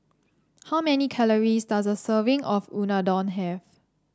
how many calories does a serving of Unadon have